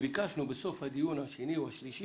וביקשנו בסוף הדיון השני או השלישי